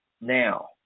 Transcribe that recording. now